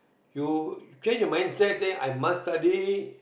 you change your mindset say I must study